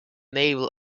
naval